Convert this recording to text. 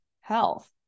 health